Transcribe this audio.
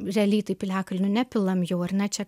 realiai tų piliakalnių nepilam jau ar ne čia